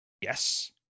Yes